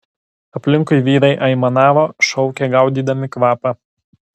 aplinkui vyrai aimanavo šaukė gaudydami kvapą